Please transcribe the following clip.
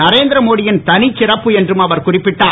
நரேந்திர மோடியின் தனிச்சிறப்பு என்றும் அவர் குறிப்பிட்டார்